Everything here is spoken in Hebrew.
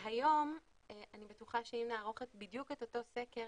והיום אני בטוחה שאם נערוך בדיוק את אותו סקר